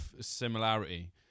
similarity